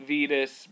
Vetus